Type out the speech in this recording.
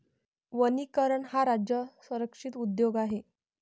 वनीकरण हा राज्य संरक्षित उद्योग आहे